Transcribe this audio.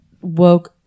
woke